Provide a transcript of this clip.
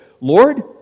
Lord